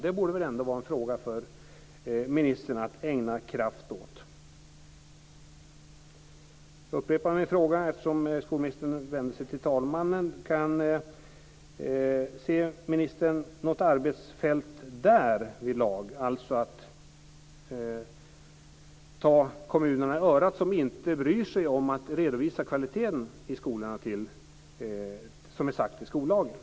Det borde väl ändå vara en fråga för ministern att ägna kraft åt. Jag upprepar min fråga eftersom skolministern vände sig till talmannen. Ser ministern någon uppgift att ta de kommuner i örat som inte bryr sig om att redovisa kvaliteten i skolorna, som är sagt i skollagen?